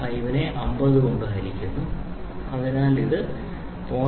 5 നെ 50 കൊണ്ട് ഹരിക്കുന്നു അതിനാൽ ഇത് 0